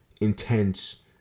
intense